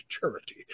charity